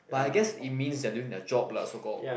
but I guess it means they are doing their job lah so called